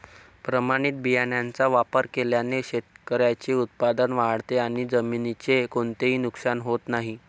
प्रमाणित बियाण्यांचा वापर केल्याने शेतकऱ्याचे उत्पादन वाढते आणि जमिनीचे कोणतेही नुकसान होत नाही